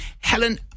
Helen